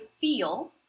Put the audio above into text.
feel